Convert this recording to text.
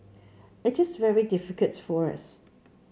it is very difficult for us